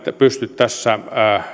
pysty tässä